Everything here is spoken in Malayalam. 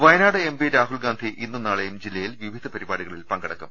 വയനാട് എം പി രാഹുൽഗാന്ധി ഇന്നും നാളെയും ജില്ലയിൽ വിവിധ പരിപാടികളിൽ പങ്കെടുക്കും